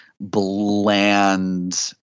bland